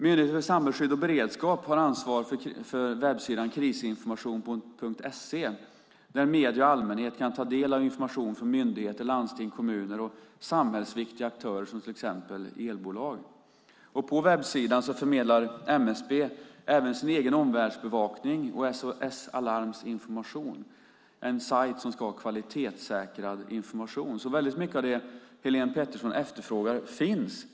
Myndigheten för samhällsskydd och beredskap har ansvar för webbsidan krisinformation.se där medier och allmänhet kan ta del av information från myndigheter, landsting, kommuner och samhällsviktiga aktörer som till exempel elbolag. På webbsidan förmedlar MSB även sin egen omvärldsbevakning och SOS Alarms information. Det är en sajt som ska ha kvalitetssäkrad information, så väldigt mycket av det som Helene Petersson efterfrågar finns.